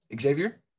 Xavier